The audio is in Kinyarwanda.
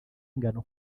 ingano